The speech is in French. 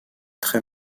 très